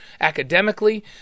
academically